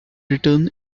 return